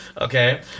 okay